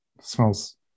smells